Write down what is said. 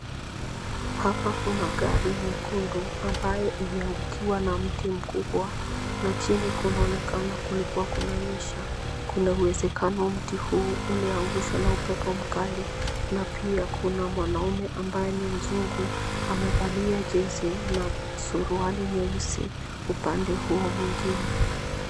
Hapa kuna gari nyekundu ,ambayo imeangukiwa na mti mkubwa na chini kunaonekana kulikuwa kunanyesha, kuna uwezekano mti huu uliangushwa na upepo mkali na pia kuna mwanamume ambaye ni mzungu, amevalia jezi na suruali nyeusi ,upande huo mwingine.